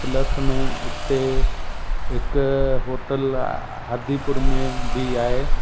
plus में हिते हिकु होटल आहे आदिपुर में बि आहे